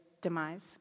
demise